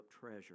treasure